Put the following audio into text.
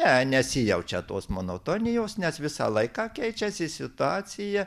ne nesijaučia tos monotonijos nes visą laiką keičiasi situacija